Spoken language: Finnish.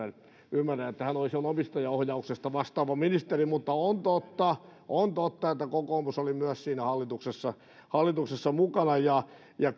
ymmärrän että hän oli silloin omistajaohjauksesta vastaava ministeri mutta on totta että myös kokoomus oli siinä hallituksessa hallituksessa mukana ja